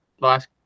last